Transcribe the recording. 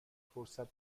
فرصت